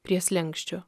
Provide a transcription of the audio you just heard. prie slenksčio